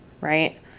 right